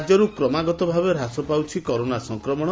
ରାଜ୍ୟରୁ କ୍ରମାଗତଭାବେ ହ୍ରାସ ପାଉଛି କରୋନା ସଂକ୍ରମଣ